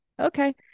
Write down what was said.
okay